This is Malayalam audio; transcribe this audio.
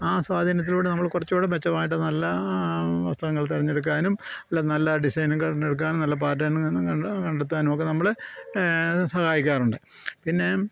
ആ സ്വാധീനത്തിലൂടെ നമ്മൾ കുറച്ചു കൂടി മെച്ചമായിട്ട് നല്ല വസ്ത്രങ്ങൾ തിരഞ്ഞെടുക്കാനും എല്ലാം നല്ല ഡിസൈനുകൾ തിരഞ്ഞെടുക്കാനും നല്ല പാറ്റേണുകൾ കണ്ടെത്തുവാനുമൊക്കെ നമ്മളെ അത് സഹായിക്കാറുണ്ട് പിന്നെ